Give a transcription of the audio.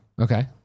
Okay